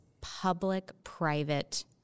public-private